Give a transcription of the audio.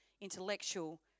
intellectual